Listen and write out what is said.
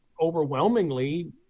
overwhelmingly